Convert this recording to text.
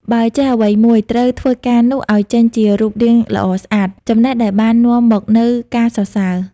បើចេះអ្វីមួយ ត្រូវធ្វើការនោះឲ្យចេញជារូបរាងល្អស្អាត ចំណេះដែលបាននាំមកនូវការសរសើរ។